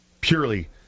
purely